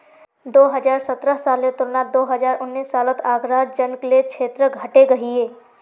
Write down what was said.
दो हज़ार सतरह सालेर तुलनात दो हज़ार उन्नीस सालोत आग्रार जन्ग्लेर क्षेत्र घटे गहिये